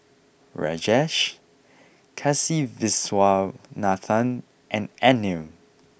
Rajesh Kasiviswanathan and Anil